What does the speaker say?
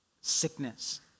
sickness